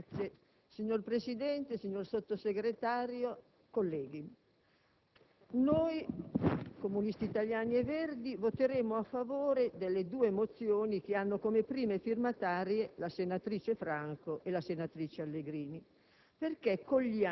Signor Presidente, signor Sottosegretario, colleghi, noi Comunisti Italiani e Verdi voteremo a favore delle due mozioni che hanno come prime firmatarie la senatrice Franco e la senatrice Allegrini,